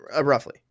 Roughly